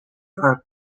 are